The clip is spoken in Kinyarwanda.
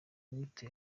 inyito